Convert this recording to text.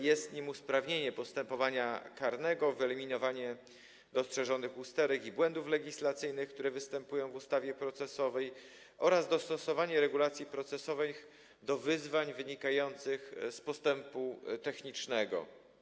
Jest nim usprawnienie postępowania karnego, wyeliminowanie dostrzeżonych usterek i błędów legislacyjnych, które występują w ustawie procesowej, oraz dostosowanie regulacji procesowych do wyzwań wynikających z postępu technicznego.